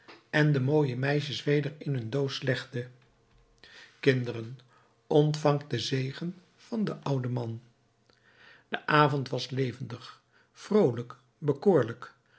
en de mooie meisjes weder in hun doos legde kinderen ontvangt den zegen van den ouden man de avond was levendig vroolijk bekoorlijk